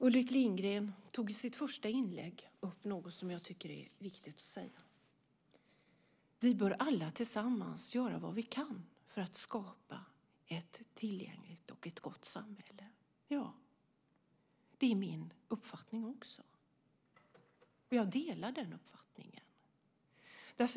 Ulrik Lindgren tog i sitt första inlägg upp något som jag tycker är viktigt att säga. Vi bör alla tillsammans göra vad vi kan för att skapa ett tillgängligt och gott samhälle. Det är också min uppfattning. Jag delar den uppfattningen.